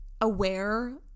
aware